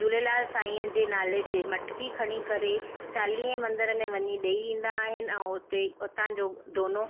झूलेलाल सांईअ जे नाले ते मटकी खणी करे चालीहे मंदर में वञी ॾेई ईंदा आहिनि ऐं हुते हुतां जो दोनो